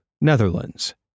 Netherlands